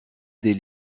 des